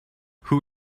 who